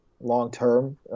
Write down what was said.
long-term